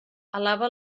alaba